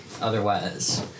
Otherwise